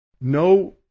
No